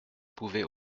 pouvait